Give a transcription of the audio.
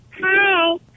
Hi